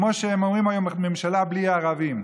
כמו שהם אומרים היום: ממשלה בלי ערבים.